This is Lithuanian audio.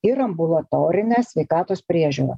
ir ambulatorinę sveikatos priežiūrą